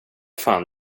fan